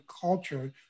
culture